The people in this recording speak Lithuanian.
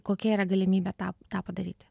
kokia yra galimybė tą tą padaryti